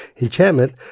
enchantment